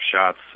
shots